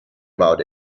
about